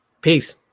peace